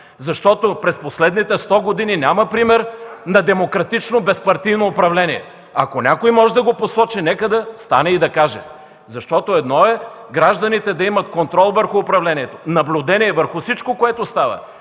защото през последните сто години няма пример на демократично безпартийно управление. Ако някой може да посочи, нека да стане и да каже. Едно е гражданите да имат контрол върху управлението, наблюдение върху всичко, което става.